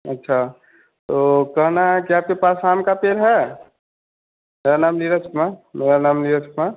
अच्छा तो कहना है क्या के पास आम का पेड़ है मेरा नाम नीरज कुमार मेरा नाम नीरज कुमार